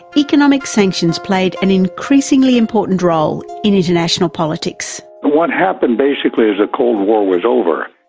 economic sanctions played an increasingly important role in international politics. what happened basically is the cold war was over.